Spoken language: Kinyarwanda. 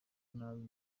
nabi